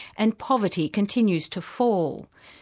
and poverty continues to fall.